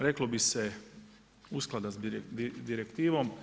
Reklo bi se usklada s direktivnom.